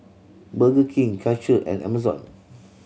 Burger King Karcher and Amazon